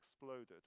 exploded